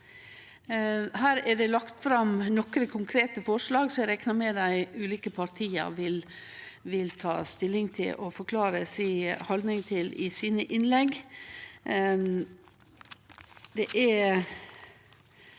Her er det lagt fram nokre konkrete forslag, som eg reknar med dei ulike partia vil ta stilling til og forklare si haldning til i sine innlegg. Det er